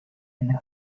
and